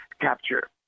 capture